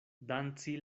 danci